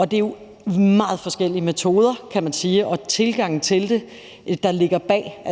Det er jo meget forskellige metoder, kan man sige, og tilgange til det, der ligger bag.